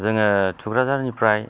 जोङो थुक्राझारनिफ्राय